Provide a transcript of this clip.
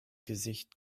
gesicht